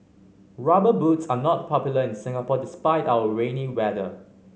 Rubber Boots are not popular in Singapore despite our rainy weather